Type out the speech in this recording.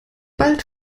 bald